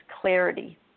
clarity